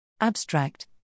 Abstract